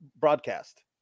broadcast